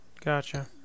Gotcha